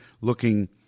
looking